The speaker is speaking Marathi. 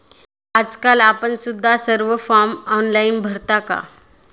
आजकाल आपण सुद्धा सर्व फॉर्म ऑनलाइन भरता का?